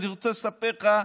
אני רוצה לספר לך,